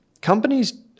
companies